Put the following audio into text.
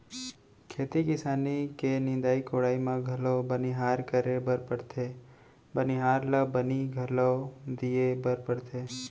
खेती किसानी के निंदाई कोड़ाई म घलौ बनिहार करे बर परथे बनिहार ल बनी घलौ दिये बर परथे